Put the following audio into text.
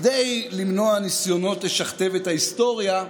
כדי למנוע ניסיונות לשכתב את ההיסטוריה,